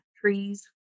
trees